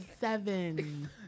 Seven